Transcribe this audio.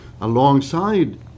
alongside